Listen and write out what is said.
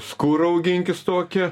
skūrą auginkis tokią